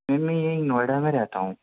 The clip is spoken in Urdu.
میم میں یہیں نوئیڈا میں رہتا ہوں